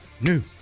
New